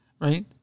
Right